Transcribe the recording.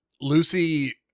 Lucy